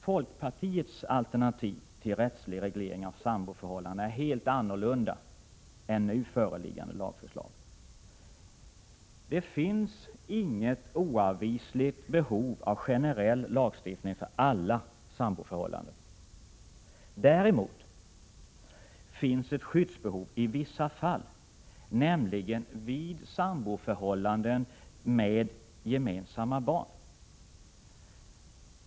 Folkpartiets alternativ till rättslig reglering av samboendeförhållanden är ett helt annat än nu föreliggande lagförslag. Det finns inget oavvisligt behov av en generell lagstiftning för alla samboförhållanden. Däremot finns ett skyddsbehov i vissa fall, nämligen vid samboförhållanden med gemensamma barn.